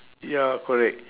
ya correct